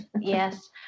yes